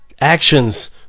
actions